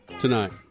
tonight